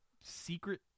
secret